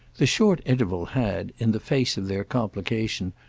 the short interval had, in the face of their complication,